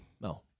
No